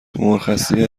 مرخصی